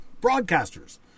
broadcasters